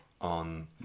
on